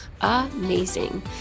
amazing